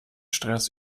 stress